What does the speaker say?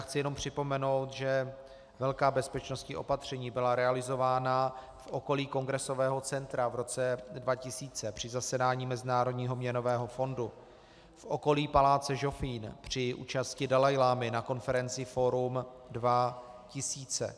Chci jenom připomenout, že velká bezpečnostní opatření byla realizována v okolí Kongresového centra v roce 2000 při zasedání Mezinárodního měnového fondu, v okolí paláce Žofín při účasti Dalajlámy na konferenci Forum 2000.